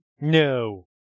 No